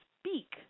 speak